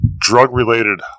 drug-related